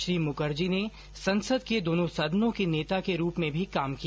श्री मुखर्जी ने संसद के दोनों सदनों के नेता के रूप में भी काम किया